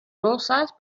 bolsas